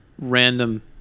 random